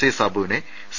I സാബുവിനെ C